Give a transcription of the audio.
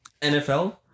NFL